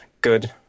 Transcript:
good